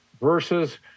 versus